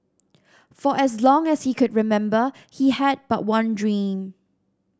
for as long as he could remember he had but one dream